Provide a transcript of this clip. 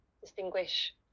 distinguish